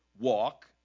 walk